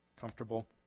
comfortable